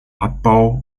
abbau